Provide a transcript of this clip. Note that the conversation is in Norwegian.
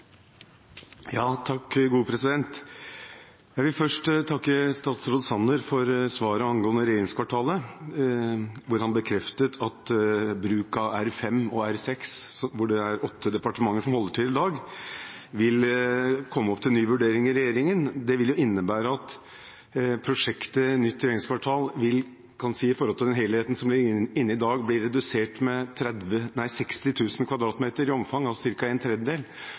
Jeg vil først takke statsråd Sanner for svaret angående regjeringskvartalet, hvor han bekreftet at bruk av R5 og R6, hvor åtte departementer holder til i dag, vil komme opp til ny vurdering i regjeringen. Det vil innebære at prosjektet Nytt regjeringskvartal vil bli redusert med 60 000 m2 i omfang i forhold til den helheten som ligger inne i dag,